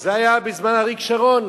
זה היה בזמן אריק שרון,